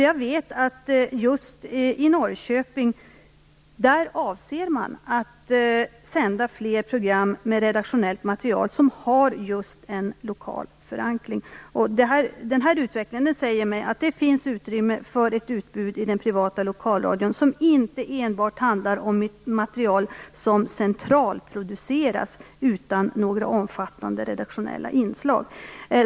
Just i Norrköping avser man att sända fler program med redaktionellt material som har en lokal förankring. Den här utvecklingen säger mig att det finns utrymme för ett utbud i den privata lokalradion som inte enbart handlar om ett material som centralproduceras utan några omfattande redaktionella inslag.